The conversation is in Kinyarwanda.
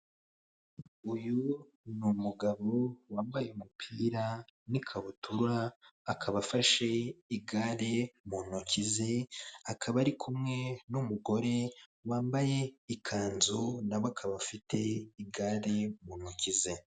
Uyu ni umugabo wambaye umupira n'ikabutura, akaba afashe igare mu ntiko ze, akaba ari kumwe n'umugore wambaye ikanzu, na we akaba afite igare mu ntoki ze.